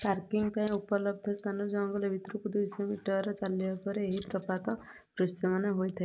parking ପାଇଁ ଉପଲବ୍ଧ ସ୍ଥାନରୁ ଜଙ୍ଗଲ ଭିତରକୁ ଦୁଇଶହ ମିଟର ଚାଲିବା ପରେ ଏହି ପ୍ରପାତ ଦୃଶ୍ୟମାନ ହୋଇଥାଏ